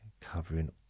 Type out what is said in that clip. covering